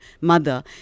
mother